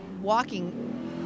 walking